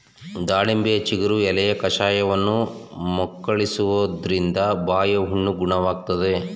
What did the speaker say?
ದಾಳಿಂಬೆಯ ಚಿಗುರು ಎಲೆಯ ಕಷಾಯವನ್ನು ಮುಕ್ಕಳಿಸುವುದ್ರಿಂದ ಬಾಯಿಹುಣ್ಣು ಗುಣವಾಗ್ತದೆ